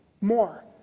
more